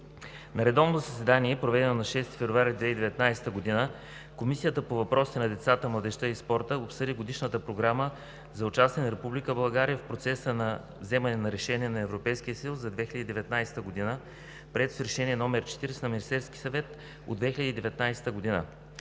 „На редовно заседание, проведено на 6 февруари 2019 г., Комисията по въпросите на децата, младежта и спорта обсъди Годишната програма за участие на Република България в процеса на вземане на решения на Европейския съюз за 2019 г., приета с Решение № 40 на Министерския съвет от 2019 г.